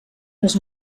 les